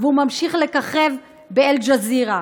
והוא ממשיך לככב ב"אל-ג'זירה".